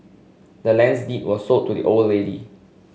the land's deed was sold to the old lady